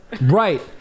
Right